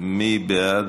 מי בעד?